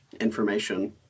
information